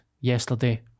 yesterday